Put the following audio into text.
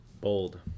Bold